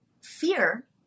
fear